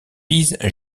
pise